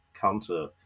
counter